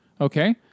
okay